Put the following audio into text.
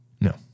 no